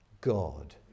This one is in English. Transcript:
God